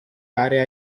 aree